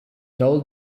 told